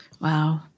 Wow